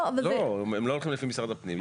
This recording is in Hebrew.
הם לא הולכים לפי משרד הפנים,